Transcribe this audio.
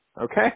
Okay